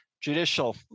judicial